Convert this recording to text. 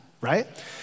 right